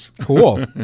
Cool